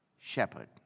shepherd